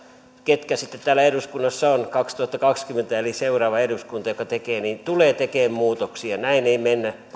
ketkä täällä eduskunnassa sitten on kaksituhattakaksikymmentä eli seuraava eduskunta tulee tekemään muutoksia näin ei mennä olen